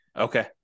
Okay